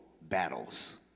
battles